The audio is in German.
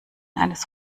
eines